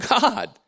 God